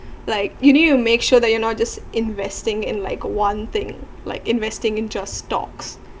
like you need to make sure that you not just investing in like one thing like investing in just stocks